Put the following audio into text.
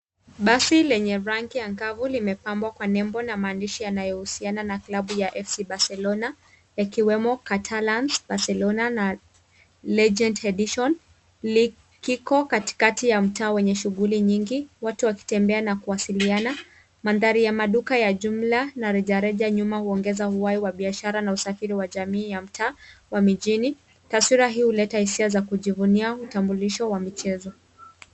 Basi lenye rangi ya kavu limepambwa kwa nembo na maandishi yanayohusiana na klabu ya FC Barcelona, yakiwemo, Catalans Barcelona na Legend Edition. Liko katikati ya mtaa wenye shughuli nyingi, watu wakitembea na kuwasiliana. Mandhari ya maduka ya jumla na rejareja nyuma huongeza uhai wa biashara na usafiri wa jamii ya mtaa wa mijini. Tatswira hii huleta hisia za kujivunia utambulisho wa michezo.